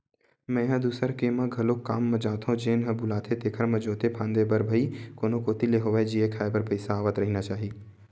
मेंहा दूसर के म घलोक काम म जाथो जेन ह बुलाथे तेखर म जोते फांदे बर भई कोनो कोती ले होवय जीए खांए बर पइसा आवत रहिना चाही